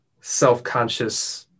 self-conscious